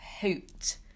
hoot